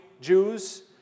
Jews